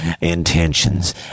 intentions